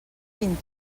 vint